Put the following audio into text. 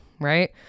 right